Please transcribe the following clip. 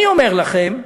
אני אומר לכם,